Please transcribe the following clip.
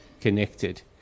connected